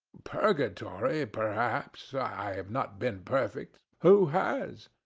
purgatory, perhaps i have not been perfect who has?